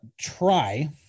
try